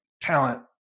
talent